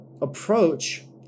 approach